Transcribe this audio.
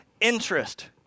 interest